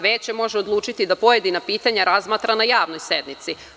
Veće može odlučiti da pojedina pitanja razmatra na javnoj sednici.